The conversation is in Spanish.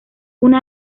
una